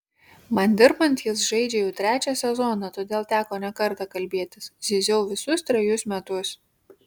man dirbant jis žaidžia jau trečią sezoną todėl teko ne kartą kalbėtis zyziau visus trejus metus